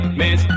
miss